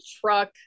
truck